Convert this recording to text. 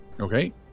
Okay